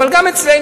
אבל גם אצלנו,